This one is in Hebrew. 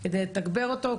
כדי לתגבר אותו,